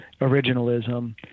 originalism—